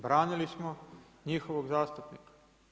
Branili smo njihovog zastupnika.